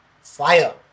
Fire